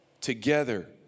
together